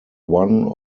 one